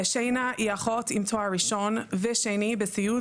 שיינה היא אחות עם תואר ראשון ושני בסיעוד,